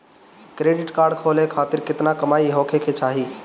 Credit card खोले खातिर केतना कमाई होखे के चाही?